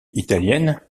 italienne